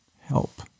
Help